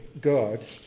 God